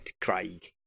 Craig